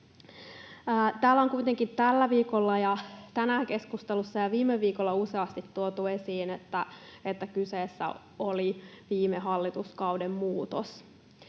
Täällä on kuitenkin tällä viikolla ja tänään ja viime viikolla keskustelussa useasti tuotu esiin, että kyseessä oli viime hallituskauden muutos.